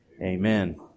Amen